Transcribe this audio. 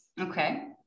Okay